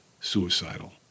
suicidal